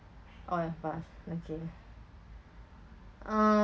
pass okay uh